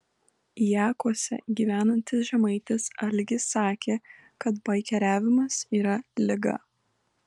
jakuose gyvenantis žemaitis algis sakė kad baikeriavimas yra liga